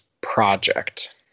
project